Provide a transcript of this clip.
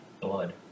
blood